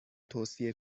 توصیه